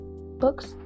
Books